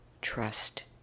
trust